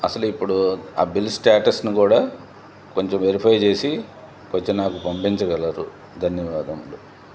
అసలు ఇప్పుడు ఆ బిల్ స్టేటస్ను గూడా కొంచెం వెరిఫై చేసి కొంచెం నాకు పంపించగలరు ధన్యవాదములు